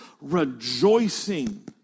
rejoicing